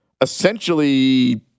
essentially